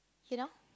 you know